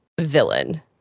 villain